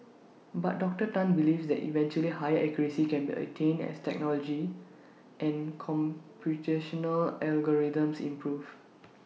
but Doctor Tan believes that eventually higher accuracy can be attained as technology and computational algorithms improve